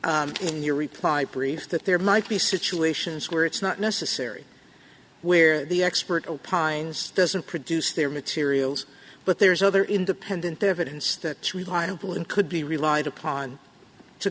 see in your reply brief that there might be situations where it's not necessary where the expert opines doesn't produce their materials but there's other independent evidence that reliable and could be relied upon to